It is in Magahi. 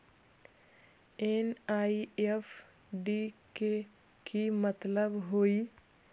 एन.ई.एफ.टी के कि मतलब होइ?